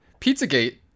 Pizzagate